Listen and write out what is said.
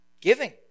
giving